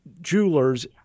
Jewelers